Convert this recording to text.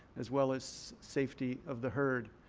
as well as safety of the herd.